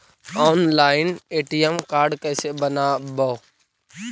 Online ATM card कैसे बनाबौ?